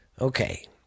Okay